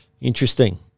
Interesting